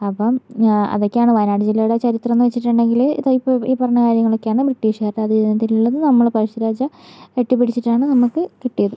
അപ്പം അതൊക്കെയാണ് വയനാട് ജില്ലയുടെ ചരിത്രമെന്ന് വെച്ചിട്ടുണ്ടെങ്കില് ഈ പറഞ്ഞ കാര്യങ്ങളൊക്കെയാണ് ബ്രിട്ടീഷ്കരുടെ അധീനതയിൽ നിന്ന് നമ്മുടെ പഴശ്ശിരാജ വെട്ടി പിടിച്ചിട്ടാണ് നമ്മുക്ക് കിട്ടിയത്